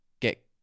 get